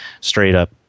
straight-up